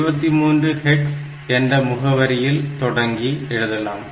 இதை 23 hex என்ற முகவரியில் தொடங்கி எழுதலாம்